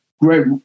great